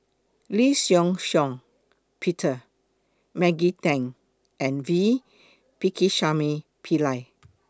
Lee Shih Shiong Peter Maggie Teng and V Pakirisamy Pillai